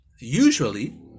usually